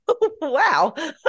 Wow